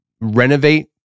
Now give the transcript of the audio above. renovate